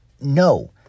no